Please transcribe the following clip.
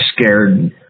scared